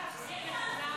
אפשר להחזיר את כולם?